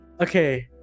okay